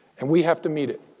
and we have to meet it.